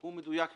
הוא מדויק יותר.